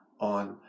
on